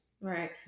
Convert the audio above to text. Right